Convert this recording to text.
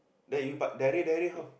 that you pa~ direct direct how